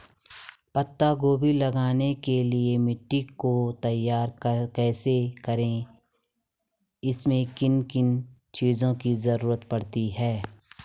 पत्ता गोभी लगाने के लिए मिट्टी को तैयार कैसे करें इसमें किन किन चीज़ों की जरूरत पड़ती है?